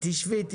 תשבי.